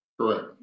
Correct